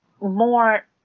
more